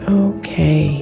okay